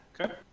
Okay